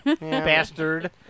Bastard